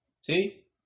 See